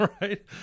right